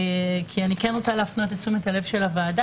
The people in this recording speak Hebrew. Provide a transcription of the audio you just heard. אני רוצה להפנות את תשומת הלב של הוועדה